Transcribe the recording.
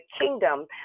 kingdom